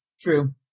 true